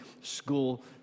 School